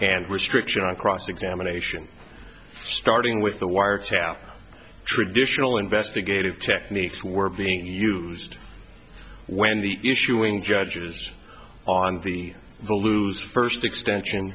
and restriction on cross examination starting with the wiretap traditional investigative techniques were being used when the issuing judges on the the lose first extension